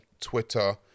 Twitter